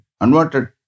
unwanted